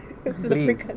Please